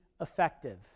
effective